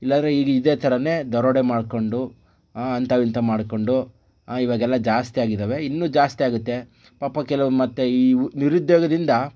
ಇಲ್ಲಂದರೆ ಈಗ ಇದೆ ಥರಾನೇ ದರೋಡೆ ಮಾಡ್ಕೊಂಡು ಅಂಥವುಇಂಥವು ಮಾಡ್ಕೊಂಡು ಇವಾಗೆಲ್ಲ ಜಾಸ್ತಿ ಆಗಿದ್ದಾವೆ ಇನ್ನೂ ಜಾಸ್ತಿ ಆಗತ್ತೆ ಪಾಪ ಕೆಲವು ಮತ್ತೆ ಈ ನಿರುದ್ಯೋಗದಿಂದ